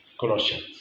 Colossians